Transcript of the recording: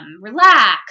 Relax